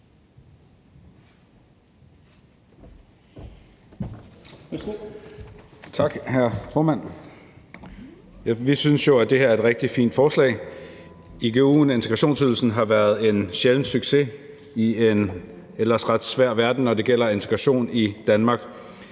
Vi synes jo, at det her er et rigtig fint forslag. Igu'en og integrationsydelsen, har været en sjælden succes i en ellers ret svær verden, når det gælder integration i Danmark.